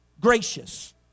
gracious